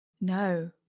No